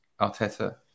Arteta